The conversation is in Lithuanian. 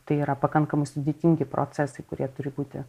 tai yra pakankamai sudėtingi procesai kurie turi būti